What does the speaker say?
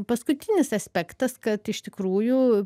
paskutinis aspektas kad iš tikrųjų